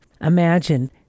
Imagine